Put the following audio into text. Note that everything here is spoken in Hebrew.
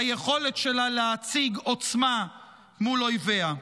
היכולת שלה להציג עוצמה מול אויביה.